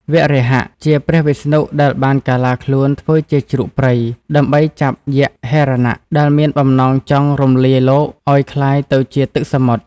វរាហៈ ជាព្រះវិស្ណុដែលបានកាឡាខ្លួនធ្វើជាជ្រូកព្រៃ ដើម្បីចាប់យក្សហិរណៈ ដែលមានបំណងចង់រំលាយលោកឱ្យក្លាយទៅជាទឹកសមុទ្រ។